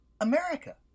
America